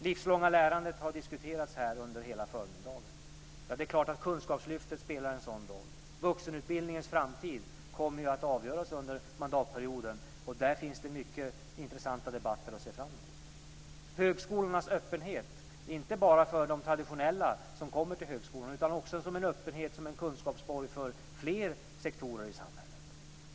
Livslånga lärandet har diskuterats här under hela förmiddagen. Det är klart att kunskapslyftet spelar en sådan roll. Vuxenutbildningens framtid kommer att avgöras under mandatperioden, och där finns det mycket intressanta debatter att se fram emot. Högskolorna ska vara öppna och fungera som en kunskapsborg inte bara för dem som traditionellt kommer till högskolan utan också för fler sektorer i samhället.